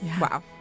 Wow